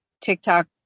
TikTok